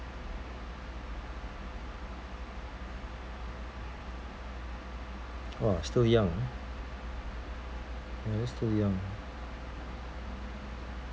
!wah! still young ya that's too young